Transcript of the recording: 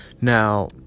Now